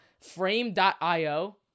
frame.io